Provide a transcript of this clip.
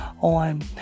on